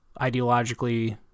ideologically